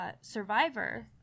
survivor